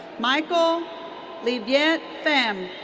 michael le-viet pham.